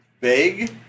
big